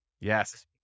Yes